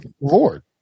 Lord